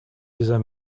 dieser